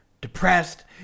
depressed